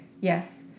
Yes